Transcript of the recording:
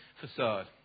facade